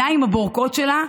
עם העיניים הבורקות שלה,